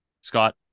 Scott